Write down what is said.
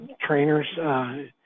trainers